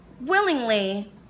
willingly